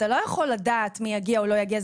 אתה לא יכול לדעת מי מגיע או לא יגיע.